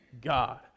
God